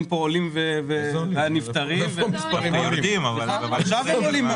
פה עולים והנפטרים --- עכשיו הם עולים.